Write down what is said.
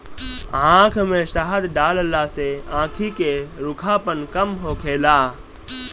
आँख में शहद डालला से आंखी के रूखापन कम होखेला